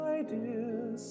ideas